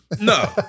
No